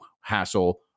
hassle